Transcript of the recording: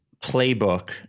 playbook